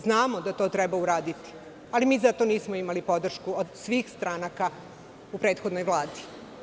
Znamo da to treba uraditi, ali mi za to nismo imali podršku od svih stranaka u prethodnoj Vladi.